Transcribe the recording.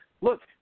look